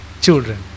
children